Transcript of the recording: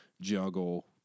juggle